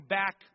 back